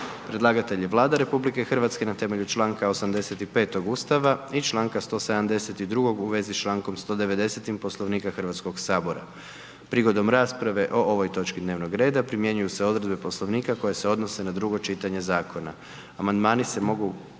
Predlagatelj je Vlada RH na temelju članka 85. Ustava RH i članka 172. u vezi s člankom 190. Poslovnika Hrvatskog sabora. Prigodom rasprave o ovim točkama dnevnog reda primjenjuju se odredbe Poslovnika koje se odnose na drugo čitanje zakona.